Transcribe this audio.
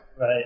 Right